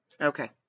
Okay